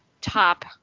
top